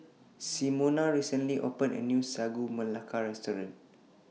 Simona recently opened A New Sagu Melaka Restaurant